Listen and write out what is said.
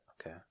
Okay